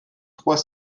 trois